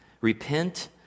Repent